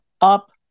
up